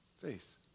Faith